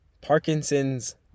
Parkinson's